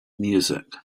music